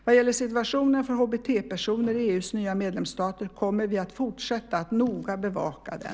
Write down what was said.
Vad gäller situationen för HBT-personer i EU:s nya medlemsstater kommer vi att fortsätta att noga bevaka den.